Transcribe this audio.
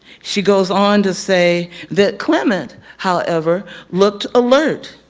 she goes on to say that clement however looked alert.